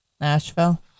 Nashville